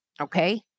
Okay